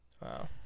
Wow